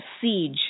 siege